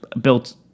built